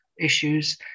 issues